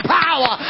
power